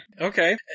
Okay